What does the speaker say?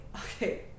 okay